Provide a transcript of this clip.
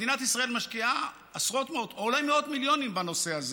מדינת ישראל משקיעה עשרות או אולי מאות מיליונים בנושא הזה,